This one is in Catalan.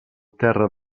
terra